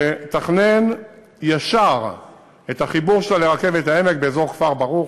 לתכנן ישר את החיבור שלה לרכבת העמק באזור כפר-ברוך,